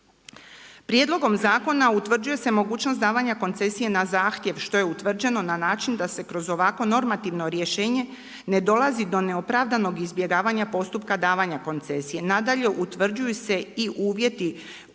Prijedlogom zakona utvrđuje se mogućnost davanja koncesije na zahtjev što je utvrđeno na način da se kroz ovakvo normativno rješenje ne dolazi do neopravdanog izbjegavanja postupka davanja koncesije. Nadalje utvrđuje se i uvjeti